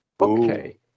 okay